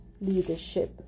leadership